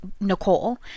Nicole